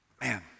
Man